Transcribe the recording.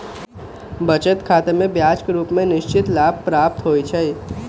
बचत खतामें ब्याज के रूप में निश्चित लाभ के प्राप्ति होइ छइ